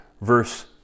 verse